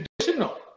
traditional